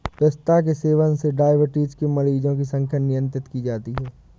पिस्ता के सेवन से डाइबिटीज के मरीजों की संख्या नियंत्रित की जा रही है